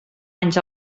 anys